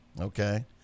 okay